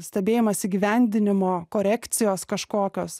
stebėjimas įgyvendinimo korekcijos kažkokios